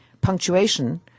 punctuation